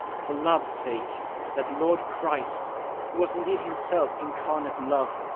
for love's sake that lord christ, who was indeed himself incarnate love,